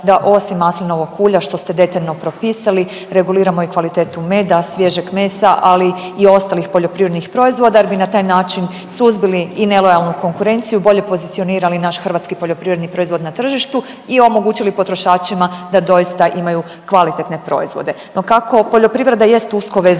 da osim maslinovog ulja što ste detaljno propisali, reguliramo i kvalitetu meda, svježeg mesa, ali i ostalih poljoprivrednih proizvoda jer bi na taj način suzbili i nelojalnu konkurenciju, bolje pozicionirali naš hrvatski poljoprivredni proizvod na tržištu i omogućili potrošačima da doista imaju kvalitetne proizvode. No kako poljoprivreda jest usko vezana